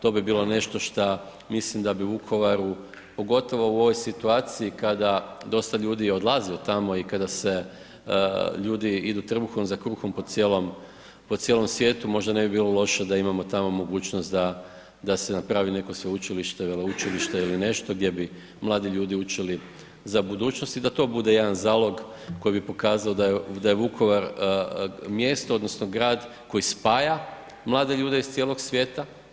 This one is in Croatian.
To bi bilo nešto šta mislim da bi Vukovaru pogotovo u ovoj situaciji kada dosta ljudi odlazi od tamo i kada se ljudi idu trbuhom za kruhom po cijelom, po cijelom svijetu, možda ne bi bilo loše da imamo tamo mogućnost da se napravi neko sveučilište, veleučilište ili nešto gdje bi mladi ljudi učili za budućnost i da to bude jedan zalog koji bi pokazao da je Vukovar mjesto odnosno grad koji spaja mlade ljude iz cijelog svijeta.